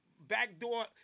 backdoor